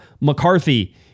McCarthy